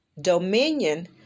dominion